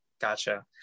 Gotcha